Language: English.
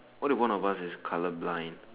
what if one of us is colour blind